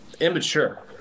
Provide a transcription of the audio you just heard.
immature